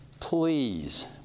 Please